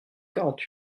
quarante